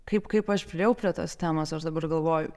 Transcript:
kaip kaip aš priėjau prie tos temos aš dabar galvoju